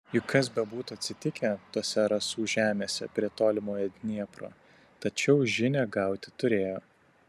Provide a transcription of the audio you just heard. juk kas bebūtų atsitikę tose rasų žemėse prie tolimojo dniepro tačiau žinią gauti turėjo